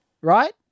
Right